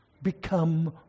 become